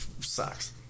sucks